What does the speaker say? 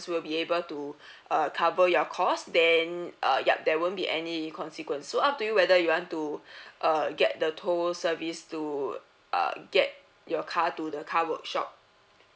will be able to uh cover your cost then uh yup there won't be any consequence so up to you whether you want to err get the tow service to uh get your car to the car workshop